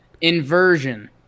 Inversion